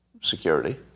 security